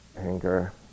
anger